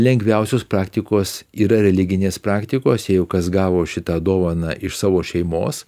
lengviausios praktikos yra religinės praktikos jeigu kas gavo šitą dovaną iš savo šeimos